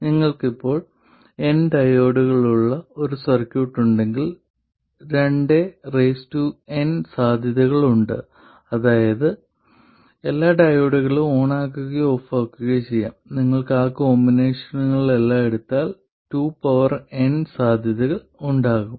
ഇപ്പോൾ നിങ്ങൾക്ക് ഒന്നിലധികം ഡയോഡുകൾ ഉള്ളപ്പോൾ നിങ്ങൾക്ക് n ഡയോഡുകളുള്ള ഒരു സർക്യൂട്ട് ഉണ്ടെങ്കിൽ 2n സാദ്ധ്യതകളുണ്ട് അതായത് എല്ലാ ഡയോഡുകളും ഓണാക്കുകയോ ഓഫാക്കുകയോ ചെയ്യാം നിങ്ങൾ ആ കോമ്പിനേഷനുകളെല്ലാം എടുത്താൽ 2n സാധ്യതകൾ ഉണ്ടാകും